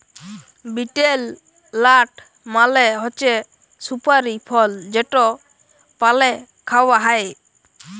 betel nut মালে হছে সুপারি ফল যেট পালে খাউয়া হ্যয়